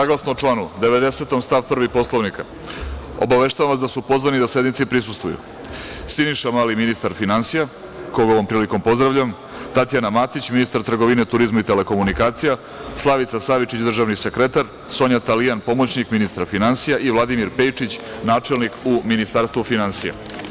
Saglasno članu 90. stav 1. Poslovnika Narodne skupštine, obaveštavam vas da su pozvani da sednici prisustvuju: Siniša Mali, ministar finansija, koga ovom prilikom pozdravljam, Tatjana Matić, ministar trgovine, turizma i telekomunikacija, Slavica Savičić, državni sekretar u Ministarstvu finansija, Sonja Talijan, pomoćnik ministra finansija i Vladimir Pejičić, načelnik u Ministarstvu finansija.